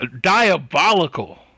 diabolical